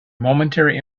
momentary